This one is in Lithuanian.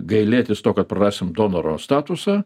gailėtis to kad prarasim donoro statusą